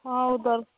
ହଁ ଆଉ ଦର